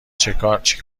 چیکار